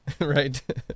Right